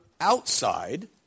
outside